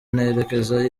nerekeza